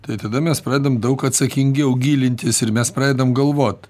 tai tada mes pradedam daug atsakingiau gilintis ir mes pradedam galvot